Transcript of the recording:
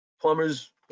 plumbers